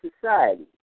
society